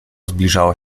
zbliżało